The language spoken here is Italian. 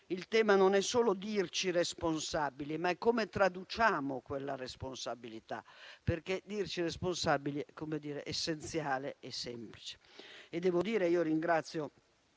Il tema non è solo dirci responsabili, ma è come traduciamo quella responsabilità, perché dirci responsabili è essenziale e semplice.